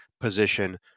position